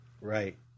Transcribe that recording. Right